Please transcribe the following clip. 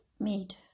made